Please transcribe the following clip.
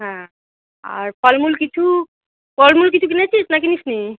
হ্যাঁ আর ফলমূল কিছু ফলমূল কিছু কিনেছিস না কিনিসনি